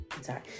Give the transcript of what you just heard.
sorry